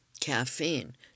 caffeine